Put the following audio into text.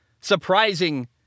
surprising